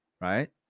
right